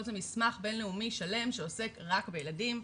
פה זה מסמך בינלאומי שלם שעוסק רק בילדים.